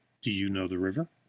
do you know the river?